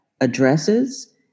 addresses